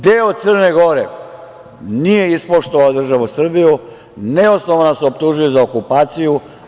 Deo Crne Gore nije ispoštovao državu Srbije, neosnovano su je optužili za okupaciju.